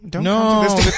No